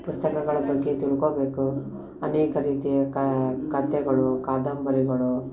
ಪುಸ್ತಕಗಳ ಬಗ್ಗೆ ತಿಳ್ಕೋಬೇಕು ಅನೇಕ ರೀತಿಯ ಕಥೆಗಳು ಕಾದಂಬರಿಗಳು